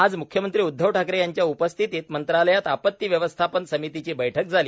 आज म्ख्यमंत्री उदधव ठाकरे यांच्या उपस्थितीत मंत्रालयात आपत्ती व्यवस्थापन समितीची बैठक झाली